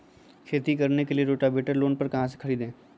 खेती करने के लिए रोटावेटर लोन पर कहाँ से खरीदे?